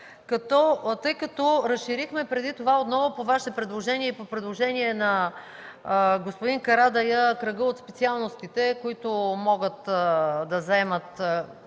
тъй като разширихме преди това отново по Ваше предложение и по предложение на господин Карадайъ кръга от специалностите, които могат да заемат